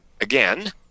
again